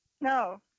No